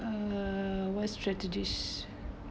uh what strategies